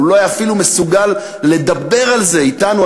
אבל הוא לא היה אפילו מסוגל לדבר על זה אתנו,